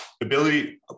ability